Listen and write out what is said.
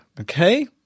Okay